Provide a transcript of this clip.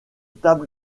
table